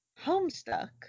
Homestuck